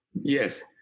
Yes